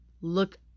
look